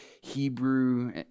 Hebrew